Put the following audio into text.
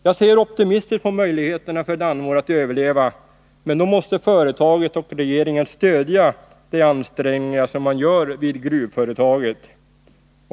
Jag ser optimistiskt på möjligheterna för Dannemora att överleva, men då måste företaget och regeringen stödja de ansträngningar som man gör vid gruvföretaget.